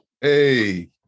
Hey